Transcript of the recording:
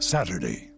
Saturday